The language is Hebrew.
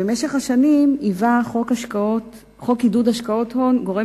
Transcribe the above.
במשך השנים היווה חוק עידוד השקעות הון גורם